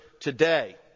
today